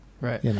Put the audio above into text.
Right